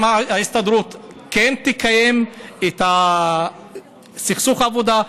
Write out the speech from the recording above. אם ההסתדרות כן תקיים את סכסוך העבודה,